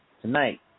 Tonight